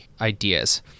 ideas